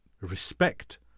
respect